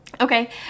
Okay